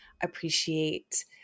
appreciate